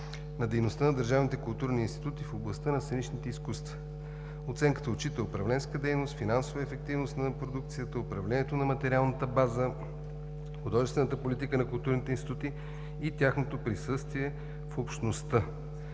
институти в областта на сценичните изкуства. Оценката отчита управленска дейност, финансова ефективност на продукцията, управлението на материалната база, художествената политика на културните институти и тяхното присъствие в общността.